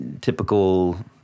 typical